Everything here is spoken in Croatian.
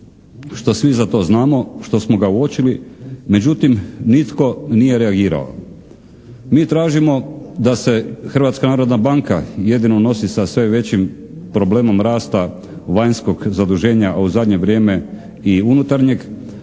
što svi za to znamo, što smo ga uočili, međutim nitko nije reagirao. Mi tražimo da se Hrvatska narodna banka jedino nosi sa sve većim problemom rasta vanjskog zaduženja a u zadnje vrijeme i unutarnjeg